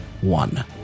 one